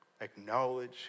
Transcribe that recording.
acknowledge